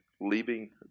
leaving